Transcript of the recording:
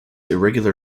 irregular